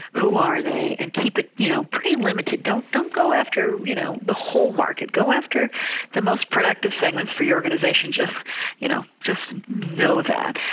who are they? and keep it you know pretty limited. don't don't go after you know the whole market. go after the most productive segments for your organization. just you know just know that.